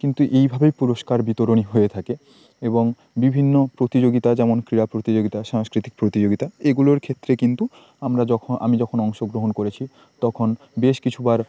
কিন্তু এইভাবেই পুরস্কার বিতরণী হয়ে থাকে এবং বিভিন্ন প্রতিযোগিতা যেমন ক্রীড়া প্রতিযোগিতা সাংস্কৃতিক প্রতিযোগিতা এগুলোর ক্ষেত্রে কিন্তু আমরা যখন আমি যখন অংশগ্রহণ করেছি তখন বেশ কিছু বার